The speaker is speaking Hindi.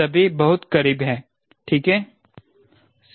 सभी बहुत करीब हैं ठीक है